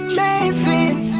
Amazing